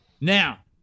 Now